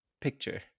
picture